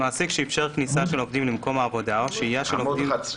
עמוד 11?